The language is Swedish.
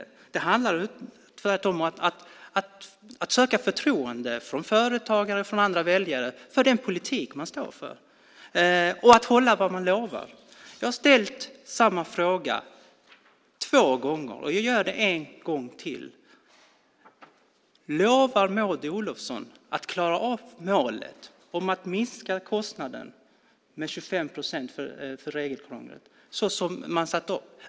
Tvärtom handlar det om att söka förtroende hos företagare och väljare för den politik man står för och att hålla vad man lovar. Jag har ställt samma fråga två gånger. Jag gör det en gång till. Lovar Maud Olofsson att klara målet om att minska kostnaderna för regelkrånglet med 25 procent?